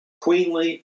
queenly